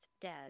dead